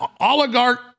oligarch